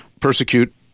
persecute